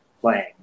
playing